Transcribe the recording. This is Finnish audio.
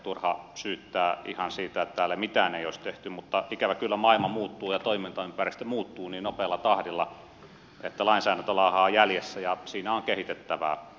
turha syyttää ihan siitä että täällä mitään ei olisi tehty mutta ikävä kyllä maailma muuttuu ja toimintaympäristö muuttuu niin nopealla tahdilla että lainsäädäntö laahaa jäljessä ja siinä on kehitettävää